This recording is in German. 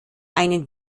einen